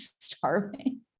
starving